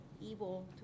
evil